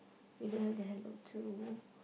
you don't have the handle too